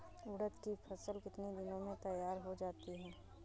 उड़द की फसल कितनी दिनों में तैयार हो जाती है?